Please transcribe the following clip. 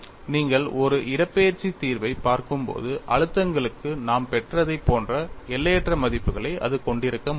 நீங்கள் ஒரு இடப்பெயர்ச்சி தீர்வைப் பார்க்கும்போது அழுத்தங்களுக்கு நாம் பெற்றதைப் போன்ற எல்லையற்ற மதிப்புகளை அது கொண்டிருக்க முடியாது